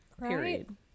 Period